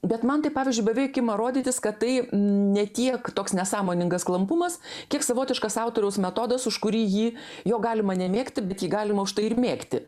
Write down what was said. bet man tai pavyzdžiui beveik ima rodytis kad tai ne tiek toks nesąmoningas klampumas kiek savotiškas autoriaus metodas už kurį jį jo galima nemėgti bet jį galima už tai ir mėgti